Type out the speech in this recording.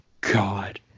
god